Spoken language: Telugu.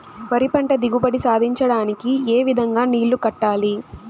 వరి పంట దిగుబడి సాధించడానికి, ఏ విధంగా నీళ్లు కట్టాలి?